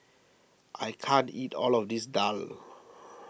I can't eat all of this Daal